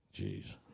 Jeez